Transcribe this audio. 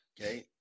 okay